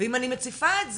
ואם אני מציפה את זה,